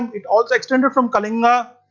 it also extended from kalinga.